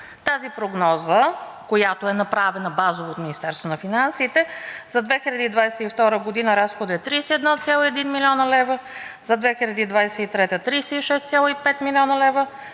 тази прогноза, която е направена базово от Министерството на финансите, за 2022 г. разходът е 31,1 млн. лв., за 2023-а – 36,5 млн. лв.,